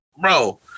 bro